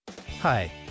hi